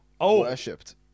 worshipped